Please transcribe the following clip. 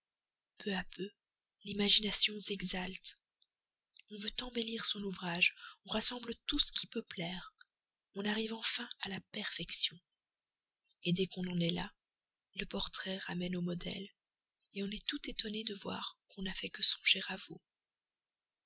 peu à peu l'imagination s'exalte on veut embellir son ouvrage on rassemble tout ce qui peut plaire on arrive enfin à la perfection dès qu'on en est là le portrait ramène au modèle on est tout étonné de voir qu'on n'a fait que songer à vous